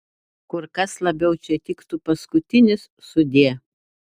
kur kas labiau čia tiktų paskutinis sudie